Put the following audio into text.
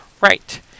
Right